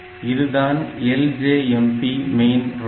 இதுதான் Ljmp main routine